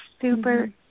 super